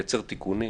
לייצר תיקונים,